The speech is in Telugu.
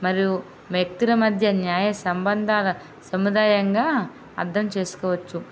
మరియు వ్యక్తుల మధ్య న్యాయ సంబంధాల సముదాయంగా అర్థం చేసుకోవచ్చు